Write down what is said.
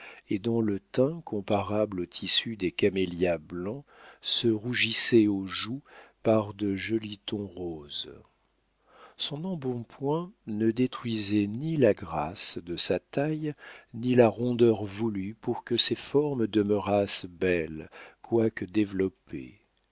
et dont le teint comparable au tissu des camélias blancs se rougissait aux joues par de jolis tons roses son embonpoint ne détruisait ni la grâce de sa taille ni la rondeur voulue pour que ses formes demeurassent belles quoique développées